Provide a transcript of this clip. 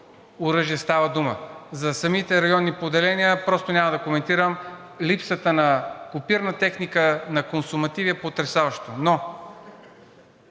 оръжие става дума. За самите районни поделения просто няма да коментирам. Липсата на копирна техника и на консумативи е потресаваща. Но